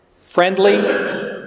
Friendly